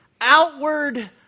outward